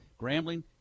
Grambling